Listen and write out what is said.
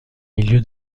milieu